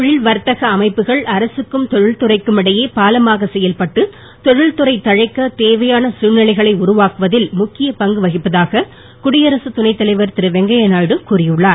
தொழில் வர்த்தக அமைப்புகள் அரசுக்கும் தொழில்துறைக்கும் இடையே பாலமாக செயல்பட்டு தொழில் துறை தழைக்க தேவையான தழ்நிலைகளை உருவாக்குவதில் முக்கிய பங்கு வகிப்பதாக குடியரசு துணை தலைவர் திருவெங்கய்ய நாயுடு கூறியுள்ளார்